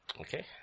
Okay